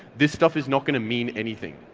this stuff is not gonna mean anything.